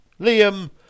Liam